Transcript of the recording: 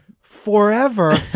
forever